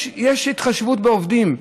יש התחשבות בעובדים,